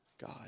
God